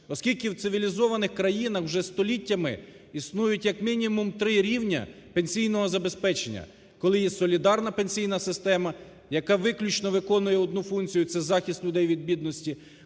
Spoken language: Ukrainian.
Оскільки в цивілізованих країнах вже століттями існують, як мінімум, три рівня пенсійного забезпечення, коли є солідарна пенсійна система, яка виключно виконує одну функцію – це захист людей від бідності,